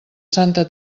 santa